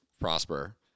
prosper